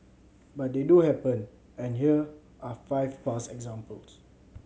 but they do happen and here are five past examples